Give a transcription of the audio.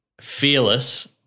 fearless